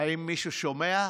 האם מישהו שומע?